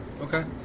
Okay